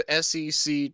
SEC